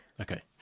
Okay